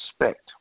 respect